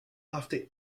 after